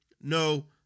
no